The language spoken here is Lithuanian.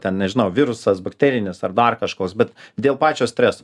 ten nežinau virusas bakterinis ar dar kažkoks bet dėl pačio streso